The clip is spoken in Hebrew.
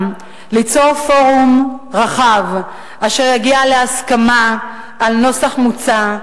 ליצור פורום רחב אשר יגיע להסכמה על נוסח מוצע,